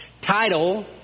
Title